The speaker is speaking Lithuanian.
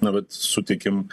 na bet sutikim